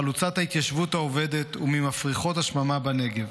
חלוצת ההתיישבות העובדת וממפריחות השממה בנגב.